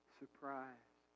surprise